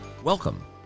Welcome